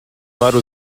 varu